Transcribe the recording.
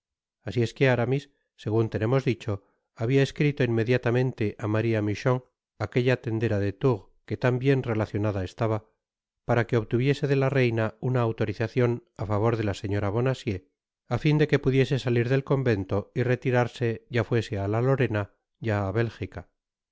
asi es que aramis segun tenemos dicho habia escrito inmediatamente á maría michon aquella tendera de tours que tan bien relacionada estaba para que obtuviese de la reina una autorizacion á favor de la señora bonacieux a fin de que pudiese salir del convento y retirarse ya fuese á la lorena ya á bélgica